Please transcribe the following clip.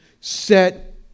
set